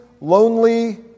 Lonely